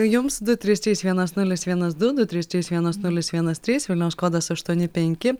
jums du trys trys vienas nulis vienas du du trys trys vienas nulis vienas trys vilniaus kodas aštuoni penki